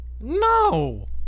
No